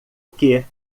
que